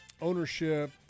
ownership